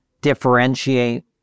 differentiate